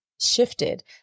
shifted